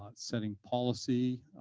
um setting policy,